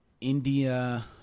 India